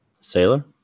Sailor